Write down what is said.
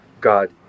God